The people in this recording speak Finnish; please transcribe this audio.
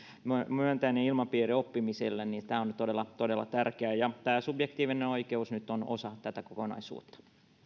myönteinen ilmapiiri oppimiselle tämä on todella todella tärkeää tämä subjektiivinen oikeus nyt on osa tätä kokonaisuutta